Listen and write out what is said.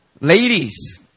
Ladies